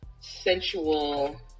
sensual